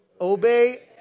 obey